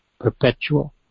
perpetual